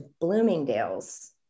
Bloomingdale's